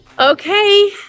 Okay